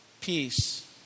peace